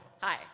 Hi